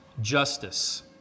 justice